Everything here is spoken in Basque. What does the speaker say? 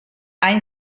hain